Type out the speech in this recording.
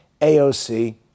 AOC